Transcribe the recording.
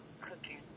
cooking